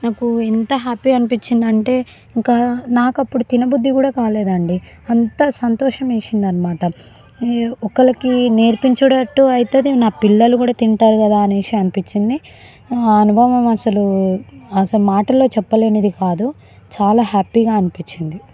నాకూ ఎంత హ్యాపీ అనిపించిందంటే ఇంకా నాకు అప్పుడు తినబుద్ధి కూడా కాలేదు అండి అంత సంతోషం వేసిందన్నమాట ఒకళ్ళకి నేర్పించేటట్టు అయితది నా పిల్లలు కూడా తింటారు కదా అనేసి అనిపించింది ఆ అనుభవము అసలు అసలు మాటల్లో చెప్పలేనిది కాదు చాలా హ్యాపీగా అనిపించింది